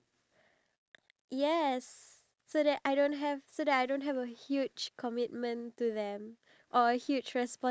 rather than the dog poo where you need to literally pick it up using like a plastic bag